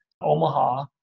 Omaha